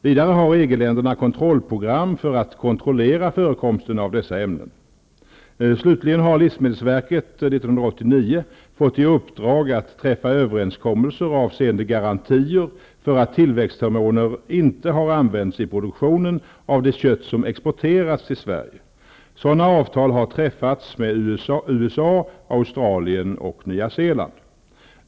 Vidare har EG-länderna kontrollprogram för att kontrollera förekomsten av dessa ämnen. Slutligen har livsmedelsverket 1989 fått i uppdrag att träffa överenskommelser avseende garantier för att tillväxthormoner inte har använts i produktionen av det kött som exporteras till Sverige. Sådana avtal har träffats med USA, Australien och Nya Zeeland.